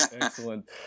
Excellent